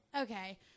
okay